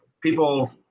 people